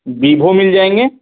वीभो मिल जाएँगे